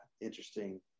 interesting